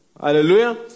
Hallelujah